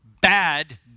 bad